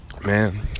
Man